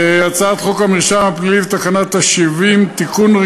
הצעת חוק המרשם הפלילי ותקנת השבים (תיקון,